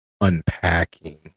unpacking